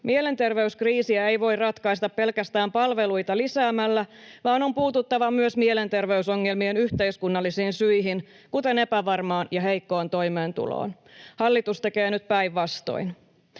Mielenterveyskriisiä ei voi ratkaista pelkästään palveluita lisäämällä, vaan on puututtava myös mielenterveysongelmien yhteiskunnallisiin syihin, kuten epävarmaan ja heikkoon toimeentuloon. Hallitus tekee nyt päinvastoin.